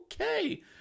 okay